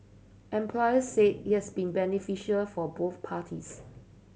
employers said it has been beneficial for both parties